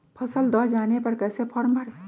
फसल दह जाने पर कैसे फॉर्म भरे?